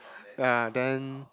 ya then